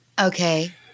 Okay